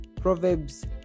proverbs